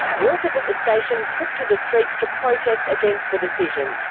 workers at the station took to the streets to protest against the decision.